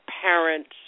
parents